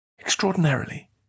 extraordinarily